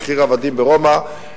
מחיר עבדים ברומא,